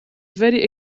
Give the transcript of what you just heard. very